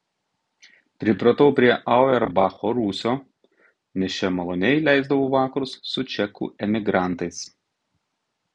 pripratau prie auerbacho rūsio nes čia maloniai leisdavau vakarus su čekų emigrantais